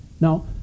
Now